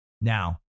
Now